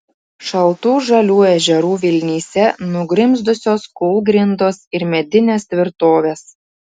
šaltų žalių ežerų vilnyse nugrimzdusios kūlgrindos ir medinės tvirtovės